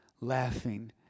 laughing